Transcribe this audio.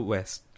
West